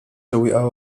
sewwieqa